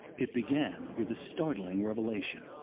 it began with a startling revelation.